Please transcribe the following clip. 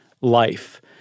life